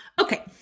Okay